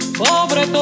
pobre